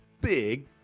big